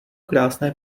krásné